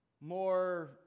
more